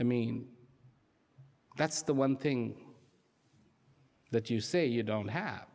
i mean that's the one thing that you say you don't have